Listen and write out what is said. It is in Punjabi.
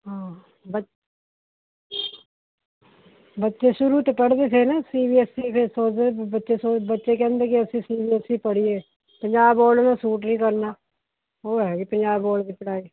ਹਾਂ ਬਚ ਬੱਚੇ ਸ਼ੁਰੂ ਤੋਂ ਪੜ੍ਹਦੇ ਪਏ ਨਾ ਸੀ ਬੀ ਐਸ ਈ ਫਿਰ ਸੋਚਦੇ ਬੱਚੇ ਸੋ ਬੱਚੇ ਕਹਿੰਦੇ ਕੀ ਅਸੀਂ ਸੀ ਬੀ ਐਸ ਈ ਪੜ੍ਹੀਏ ਪੰਜਾਬ ਬੋਰਡ ਇਨ੍ਹਾਂ ਨੂੰ ਸੂਟ ਨਹੀਂ ਕਰਨਾ ਉਹ ਹੈ ਜੀ ਪੰਜਾਬ ਬੋਰਡ ਦੀ ਪੜ੍ਹਾਈ